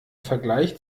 vergleich